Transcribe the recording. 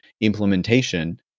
implementation